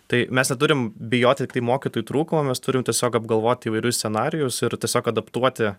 tai mes neturim bijoti tai mokytojų trūko mes turim tiesiog apgalvoti įvairius scenarijus ir tiesiog adaptuoti